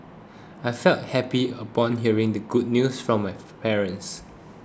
I felt happy upon hearing the good news from my parents